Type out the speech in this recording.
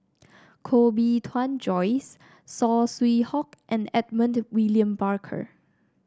Koh Bee Tuan Joyce Saw Swee Hock and Edmund William Barker